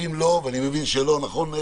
ואם לא, ואני מבין שלא, נכון?